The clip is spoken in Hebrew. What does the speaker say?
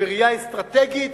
בראייה אסטרטגית,